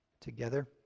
together